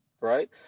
right